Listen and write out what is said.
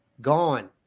gone